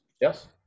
Yes